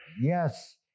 Yes